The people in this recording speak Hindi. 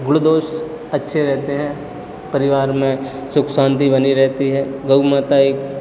गुण दोष अच्छे रहते हैं परिवार में सुख शांति बनी रहती है गऊ माता एक